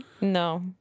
No